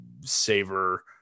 savor